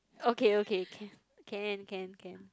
okay okay can can can can